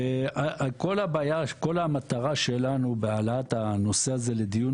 כול המטרה שלנו בהעלאת הנושא הזה לדיון